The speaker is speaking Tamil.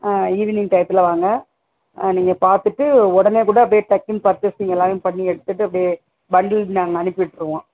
ஈவினிங் டையத்தில் வாங்க நீங்கள் பார்த்துட்டு உடனேக்கூட அப்படே டக்குன்னு பர்ச்சேசிங் எல்லாமே பண்ணி எடுத்துகிட்டு அப்படே வண்டி நாங்கள் அனுப்பிவிட்ருவோம்